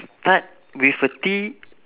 start with a T